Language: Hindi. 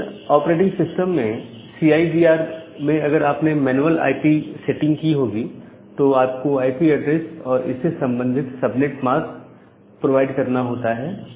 विभिन्न ऑपरेटिंग सिस्टम्स में सी आई डी आर में अगर आपने मैनुअल आईपी सेटिंग की होगी तो आपको आईपी एड्रेस और इससे संबंधित सबनेट मास्क प्रोवाइड करना होता है